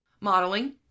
Modeling